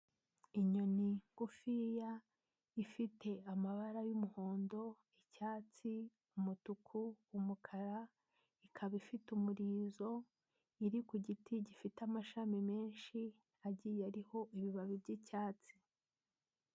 Inyoni ngufiya ifite amabara y'umuhondo, icyatsi, umutuku, umukara ikaba ifite umurizo, iri ku giti gifite amashami menshi agiye ariho ibibabi by'icyatsi.